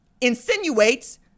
insinuates